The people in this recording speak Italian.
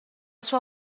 sua